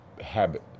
habit